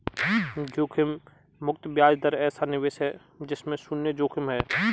जोखिम मुक्त ब्याज दर ऐसा निवेश है जिसमें शुन्य जोखिम है